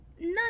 none